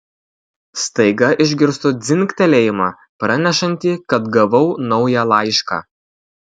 staiga išgirstu dzingtelėjimą pranešantį kad gavau naują laišką